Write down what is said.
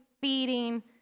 feeding